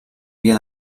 via